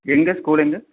எங்கே ஸ்கூல் எங்கே